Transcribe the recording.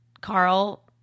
Carl